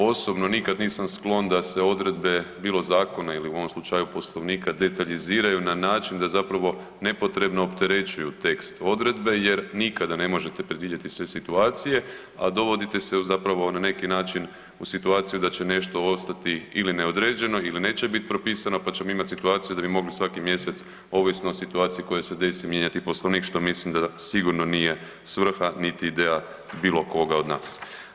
Osobno nikad nisam sklon da se odredbe, bilo zakona ili u ovom slučaju, Poslovnika, detaljiziraju na način da zapravo nepotrebno opterećujemo tekst odredbe jer nikada ne možete predvidjeti sve situacije, a dovodite se u zapravo, na neki način u situaciju da će nešto ostati ili neodređeno ili neće biti propisano, pa ćemo imati situaciju da bi mogli svaki mjesec, ovisno o situaciji koja se desi, mijenjati Poslovnik, što mislim da sigurno nije svrha niti ideja bilo koga od nas.